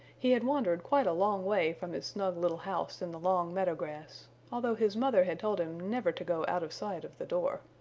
he had wandered quite a long way from his snug little house in the long meadow grass, although his mother had told him never to go out of sight of the door.